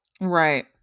Right